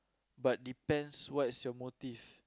but depends what is your motive